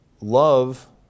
Love